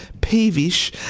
peevish